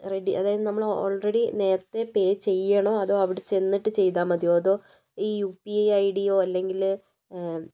ready അതായത് നമ്മൾ already നേരത്തെ പേ ചെയ്യണോ അതോ അവിടെ ചെന്നിട്ട് ചെയ്താ മതിയോ അതോ ഈ യു പി ഐ ഐഡിയോ അല്ലെങ്കിൽ